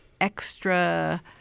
extra